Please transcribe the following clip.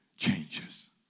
Changes